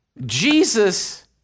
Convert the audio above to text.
Jesus